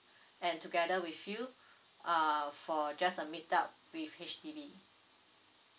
and together with you uh for just a meet up with H_D_B